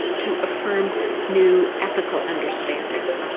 to affirm new ethical understandings.